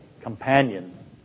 companion